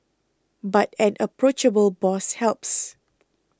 but an approachable boss helps